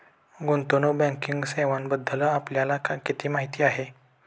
गुंतवणूक बँकिंग सेवांबद्दल आपल्याला किती माहिती आहे?